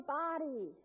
body